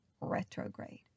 retrograde